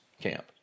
camp